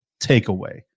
takeaway